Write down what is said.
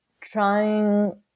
trying